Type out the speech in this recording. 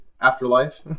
Afterlife